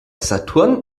saturn